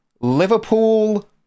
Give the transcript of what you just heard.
Liverpool